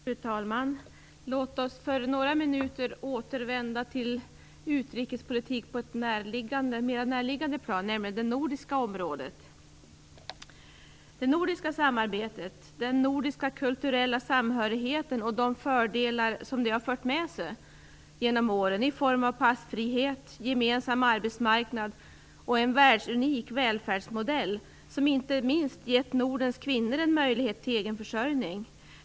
Fru talman! Låt oss för några minuter återvända till utrikespolitik på ett mer näraliggande plan, nämligen det nordiska området. Det nordiska samarbetet och den nordiska kulturella samhörigheten har genom åren fört med sig fördelar i form av passfrihet, gemensam arbetsmarknad och en världsunik välfärdsmodell som inte minst gett Nordens kvinnor en möjlighet till egen försörjning.